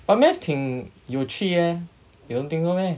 but math 挺有趣 eh you don't think so meh